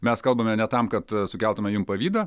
mes kalbame ne tam kad sukeltumėme jum pavydą